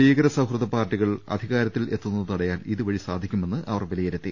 ഭീകര സൌഹൃദ പാർട്ടികൾ അധികാരത്തിൽ എത്തുന്നത് തടയാൻ ഇതു വഴി സാധിക്കുമെന്ന് അവർ വിലയിരുത്തി